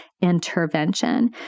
intervention